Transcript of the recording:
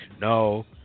no